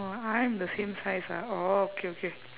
oh I'm the same size ah orh okay okay